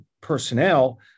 personnel